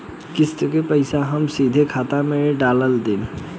किस्त के पईसा हम सीधे खाता में डाल देम?